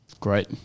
Great